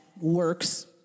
works